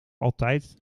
altijd